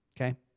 Okay